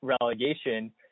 relegation